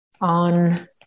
on